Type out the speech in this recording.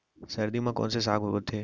सर्दी मा कोन से साग बोथे?